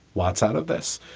what's out of this.